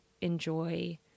enjoy